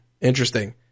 interesting